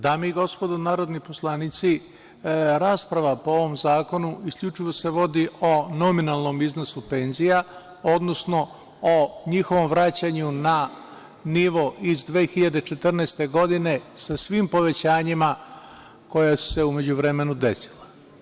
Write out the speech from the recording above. Dame i gospodo narodni poslanici, rasprava po ovom zakonu isključivo se vodi o nominalnom iznosu penzija, odnosno o njihovom vraćanju na nivo iz 2014. godine sa svim povećanjima koja su se u međuvremenu desila.